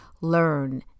learn